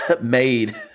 made